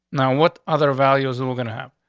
now what other values and we're gonna have?